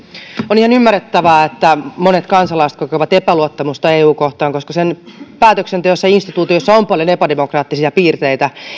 on ihan ymmärrettävää että monet kansalaiset kokevat epäluottamusta euta kohtaan koska sen päätöksenteossa ja instituutioissa on paljon epädemokraattisia piirteitä